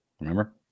Remember